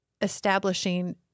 establishing